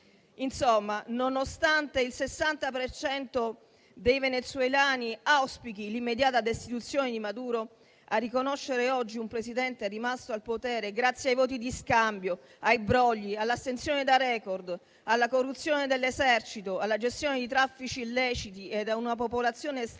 Insomma, nonostante il 60 per cento dei venezuelani auspichi l'immediata destituzione di Maduro, a riconoscere oggi un Presidente rimasto al potere grazie ai voti di scambio, ai brogli, all'astensione da *record*, alla corruzione dell'esercito, alla gestione di traffici illeciti e a una popolazione stremata